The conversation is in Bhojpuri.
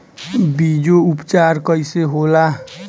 बीजो उपचार कईसे होला?